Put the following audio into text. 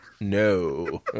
No